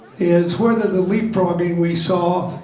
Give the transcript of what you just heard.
is whether the leap frogging we saw